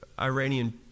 Iranian